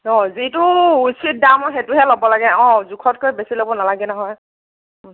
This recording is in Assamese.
অ যিটো উচিত দাম সেইটোহে ল'ব লাগে অ জোখতকৈ বেছি ল'ব নালাগে নহয়